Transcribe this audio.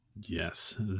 Yes